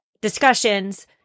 discussions